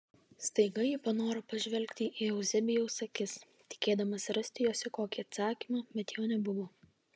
staiga ji panoro pažvelgti į euzebijaus akis tikėdamasi rasti jose kokį atsakymą bet jo nebuvo